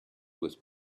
with